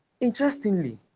Interestingly